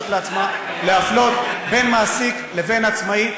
לעצמה להפלות בין מעסיק לבין עצמאי.